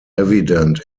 evident